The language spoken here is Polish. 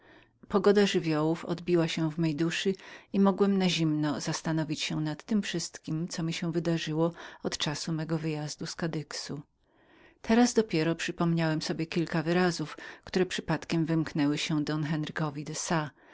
pogoda żywiołów odbiła się w mej duszy i mogłem zimno zastanowić się nad tem wszystkiem co mi się wydarzyło od czasu mego wyjazdu z kadyxu teraz dopiero przypomniałem sobie kilka wyrazów które przypadkiem wymknęły się don emmanuelowi de sa